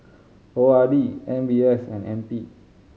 O R D M B S and N P